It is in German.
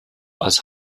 als